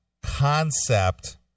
concept